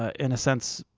ah in a sense,